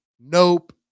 nope